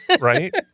right